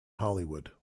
hollywood